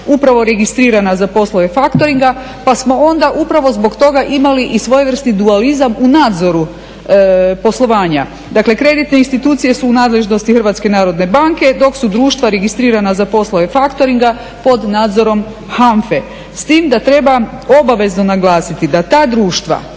upravo registrirana za poslove faktoringa. Pa smo onda upravo zbog toga imali i svojevrsni dualizam u nadzoru poslovanja. Dakle kreditne institucije su u nadležnosti Hrvatske narodne banke dok su društva registrirana za poslove faktoringa pod nadzorom HANFA-e. S time da treba obavezno naglasiti da ta društva